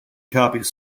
copies